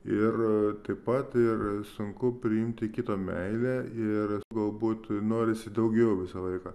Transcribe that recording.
ir taip pat ir sunku priimti kito meilę ir galbūt norisi daugiau visą laiką